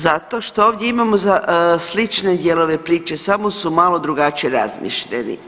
Zato što ovdje imamo slične dijelove priče, samo su malo drugačije razmješteni.